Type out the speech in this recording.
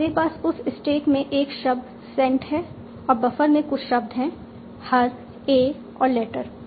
अब मेरे पास उस स्टैक में एक शब्द सेंट है और बफर में कुछ शब्द हैं हर ए और लेटर